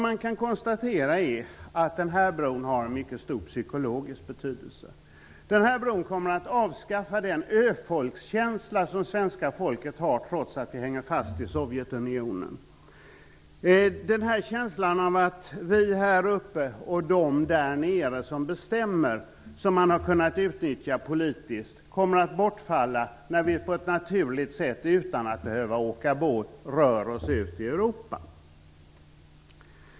Man kan konstatera att den här bron har en mycket stor psykologisk betydelse. Den här bron kommer att avskaffa den ökänsla som det svenska folket har, trots att Sverige hänger fast i f.d. Sovjetunionen. Känslan av att vi är här uppe och att de där nere bestämmer, som man har kunnat utnyttja politiskt, kommer att bortfalla när vi på ett naturligt sätt utan att behöva åka båt rör oss ut i Europa.